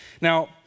Now